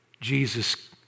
Jesus